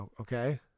Okay